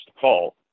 call